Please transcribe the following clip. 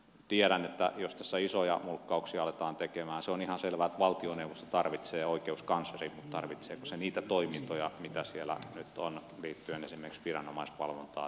tiedän että jos tässä isoja muokkauksia aletaan tekemään se on ihan selvää että valtioneuvosto tarvitsee oikeuskanslerin mutta tarvitseeko se niitä toimintoja mitä siellä nyt on liittyen esimerkiksi viranomaisvalvontaan